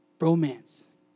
romance